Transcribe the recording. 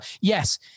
yes